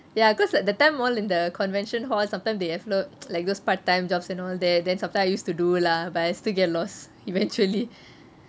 ya because like that time all in the convention hall sometime they have tho~ like those part time jobs and all that then sometime I used to do lah but I still get lost eventually